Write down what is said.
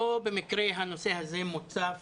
במקרה הנושא הזה מוצף